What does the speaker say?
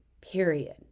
period